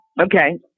Okay